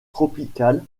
tropical